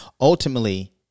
Ultimately